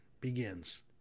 begins